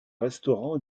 restaurants